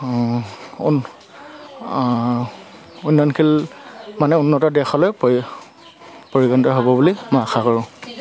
উন্নয়নশীল মানে উন্নত দেশলৈ পৰি পৰিগণিত হ'ব বুলি মই আশা কৰোঁ